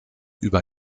über